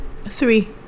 Three